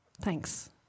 Thanks